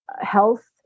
health